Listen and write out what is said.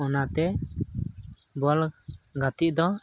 ᱚᱱᱟᱛᱮ ᱵᱚᱞ ᱜᱟᱛᱮ ᱫᱚ